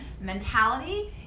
mentality